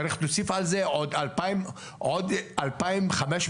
צריך להוסיף על זה עוד אלפיים חמש מאות